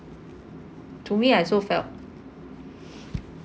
to me I also felt